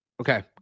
okay